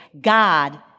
God